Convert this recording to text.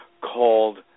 called